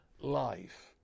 life